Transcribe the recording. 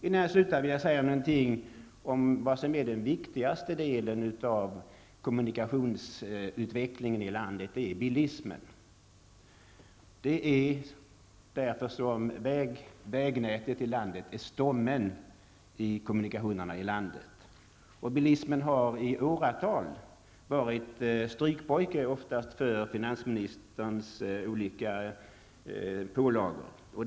Innan jag slutar vill jag säga någonting om det som är den viktigaste delen av kommunikationsutvecklingen i landet, nämligen bilismen. Det är därför som vägnätet i landet är stommen i kommunikationerna i landet. Bilismen har i åratal varit strykpojke för finansministerns olika pålagor.